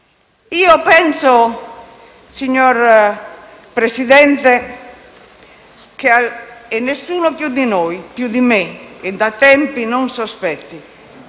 Penso, signor Presidente, che nessuno più di noi, più di me (e da tempi non sospetti),